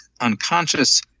unconscious